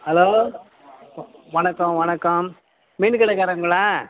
hello வணக்கம் வணக்கம் மீன் கடை காரவங்களா